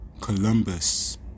columbus